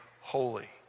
holy